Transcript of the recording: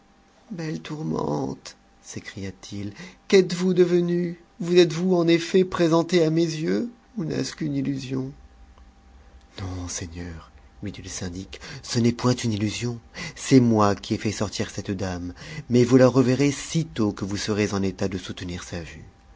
belle tourmente sécria t it quètes vous devenue vous êtes-vous en effet présentée à mes yeux on n'est-ce qu'une illusion non seigneur lui dit le syndic ce n'est point une illusion c'est moi qui ai fait sortir cette dame mais vous la reverrez sitôt que vous serez en état de soutenir sa vue